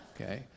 Okay